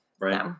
Right